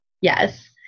Yes